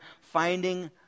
finding